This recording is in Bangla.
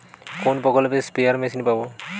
কোন প্রকল্পে স্পেয়ার মেশিন পাব?